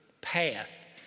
path